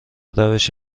روش